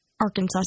Arkansas